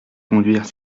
conduire